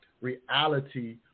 reality